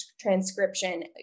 transcription